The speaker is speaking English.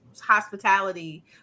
hospitality